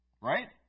right